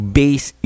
base